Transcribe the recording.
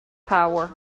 power